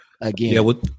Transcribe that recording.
again